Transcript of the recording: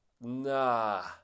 Nah